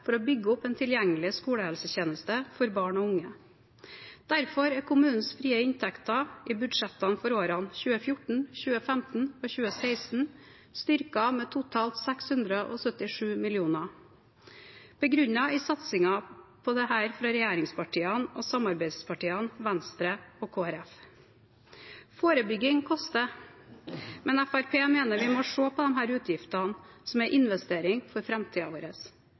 for å bygge opp en tilgjengelig skolehelsetjeneste for barn og unge. Derfor er kommunenes frie inntekter i budsjettene for årene 2014, 2015 og 2016 styrket med totalt 677 mill. kr, begrunnet i satsingen på dette fra regjeringspartiene og samarbeidspartiene Venstre og Kristelig Folkeparti. Forebygging koster, men Fremskrittspartiet mener at man må se på disse utgiftene som en investering for